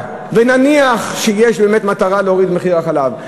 ונניח שיש באמת מטרה להוריד את מחיר החלב,